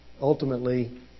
ultimately